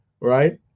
right